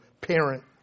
parent